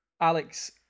Alex